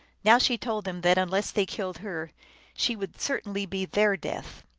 now she told them that un less they killed her she would certainly be their death.